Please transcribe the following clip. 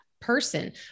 person